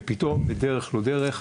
ופתאום בדרך לא דרך,